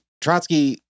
Trotsky